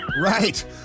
right